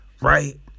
Right